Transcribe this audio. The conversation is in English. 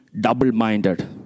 double-minded